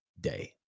day